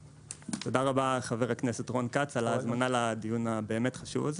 תודה רבה לחבר הכנסת רון כץ על ההזמנה לדיון הבאמת חשוב הזה.